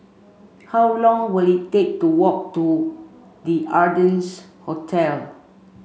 how long will it take to walk to The Ardennes Hotel